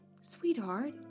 Sweetheart